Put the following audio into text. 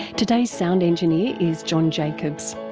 today's sound engineer is john jacobs,